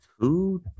two